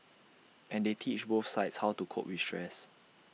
and they teach both sides how to cope with stress